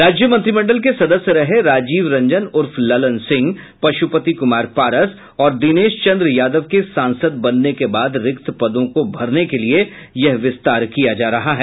राज्य मंत्रिमंडल के सदस्य रहे राजीव रंजन उर्फ ललन सिंह पशुपति कुमार पारस और दिनेशचंद्र यादव के सांसद बनने के बाद रिक्त पदों को भरने के लिये यह विस्तार किया जा रहा है